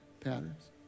patterns